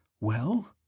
Well